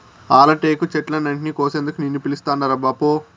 ఆల టేకు చెట్లన్నింటినీ కోసేందుకు నిన్ను పిలుస్తాండారబ్బా పో